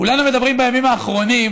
כולנו מדברים בימים האחרונים